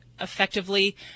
effectively